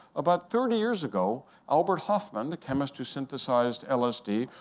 about thirty years ago, albert hoffman, the chemist who synthesized lsd,